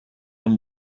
راهم